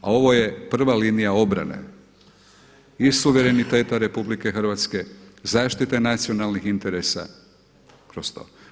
A ovo je prva linija obrane i suvereniteta RH, zaštita nacionalnih interesa kroz to.